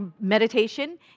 meditation